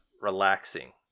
relaxing